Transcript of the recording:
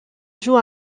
joue